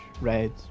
Red